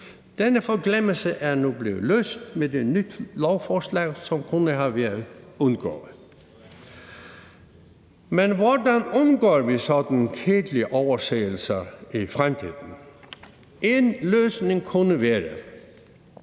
Denne forglemmelse er nu blevet løst med et nyt lovforslag, som kunne have været undgået. Men hvordan undgår vi så at overse den slags kedelige ting i fremtiden? En løsning kunne være,